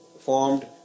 formed